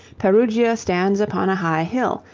perugia stands upon a high hill,